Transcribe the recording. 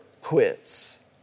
quits